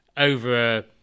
Over